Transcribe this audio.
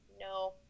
no